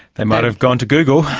they might have gone to google.